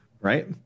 right